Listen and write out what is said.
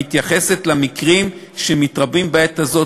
המתייחסת למקרים שמתרבים בעת הזאת,